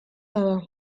bada